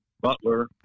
Butler